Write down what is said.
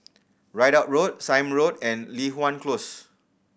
Ridout Road Sime Road and Li Hwan Close